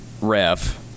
ref